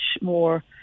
more